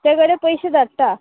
तेचें कडेन पयशे धाडटा